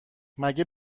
مگه